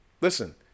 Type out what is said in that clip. listen